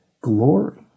glory